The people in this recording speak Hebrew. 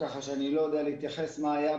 כך שאני לא יודע להתייחס מה היה